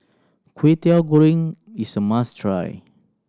Kway Teow Goreng is a must try